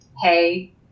hey